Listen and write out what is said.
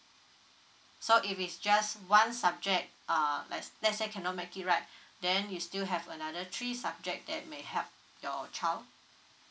so if it's just one subject uh let's let's say cannot make it right then you still have another three subject that may help your child